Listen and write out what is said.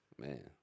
Man